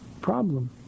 problem